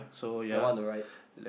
the one on the right